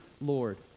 Lord